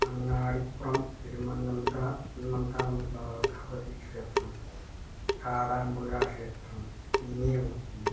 അങ്ങാടിപ്പുറം തിരുമാന്ധാ തിരുമാന്ധാംകുന്ന് ഭഗവതി ക്ഷേത്രം കാടാമ്പുഴ ക്ഷേത്രം മിനി ഊട്ടി